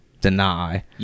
deny